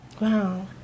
Wow